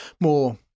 more